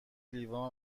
لیوان